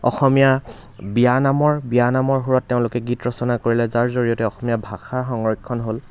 অসমীয়া বিয়ানামৰ বিয়ানামৰ সুৰত তেওঁলোকে গীত ৰচনা কৰিলে যাৰ জৰিয়তে অসমীয়া ভাষাৰ সংৰক্ষণ হ'ল